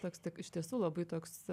koks tik iš tiesų labai toks